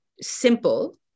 simple